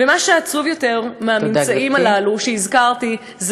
ומה שעצוב יותר מהממצאים הללו, שהזכרתי, זה